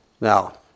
Now